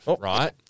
right